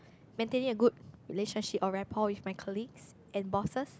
maintaining a good relationship or rapport with my colleague and bosses